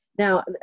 Now